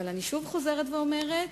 אבל אני חוזרת ואומרת: